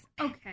Okay